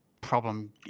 problem